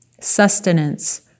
sustenance